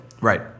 Right